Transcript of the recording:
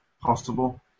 possible